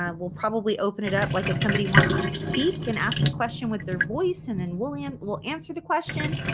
um we'll probably open it up like if somebody wants to speak and ask a question with their voice and then william will answer the question.